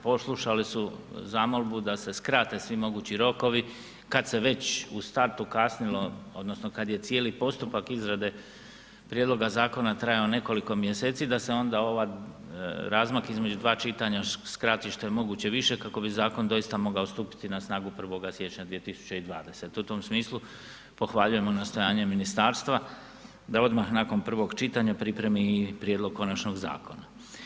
Poslušali su zamolbu da se skrate svi mogući rokovi kad se već u startu kasnilo odnosno kad je cijeli postupak izrade prijedloga zakona trajao nekoliko mjeseci da se onda ovaj razmak između dva čitanja skrati što je moguće više kako bi zakon doista mogao stupiti na snagu 1. siječnja 2020., u tom smislu pohvaljujemo nastojanje ministarstva da odmah nakon prvog čitanja pripremi i prijedlog konačnog zakona.